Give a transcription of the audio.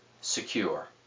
secure